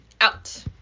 Out